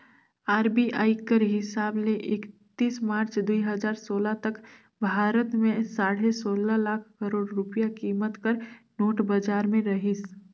RBI कर हिसाब ले एकतीस मार्च दुई हजार सोला तक भारत में साढ़े सोला लाख करोड़ रूपिया कीमत कर नोट बजार में रहिस